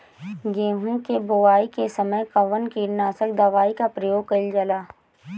गेहूं के बोआई के समय कवन किटनाशक दवाई का प्रयोग कइल जा ला?